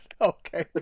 okay